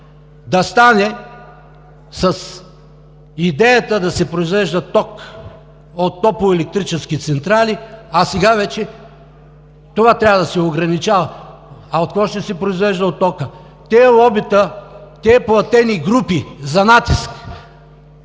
да стане, с идеята да се произвежда ток от топлоелектрически централи, а сега вече това трябва да се ограничава. А какво ще се произвежда от тока? Тези лобита, тези платени групи за натиск,